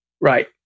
Right